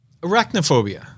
Arachnophobia